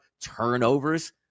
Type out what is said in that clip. turnovers